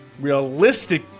realistic